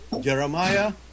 Jeremiah